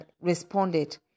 responded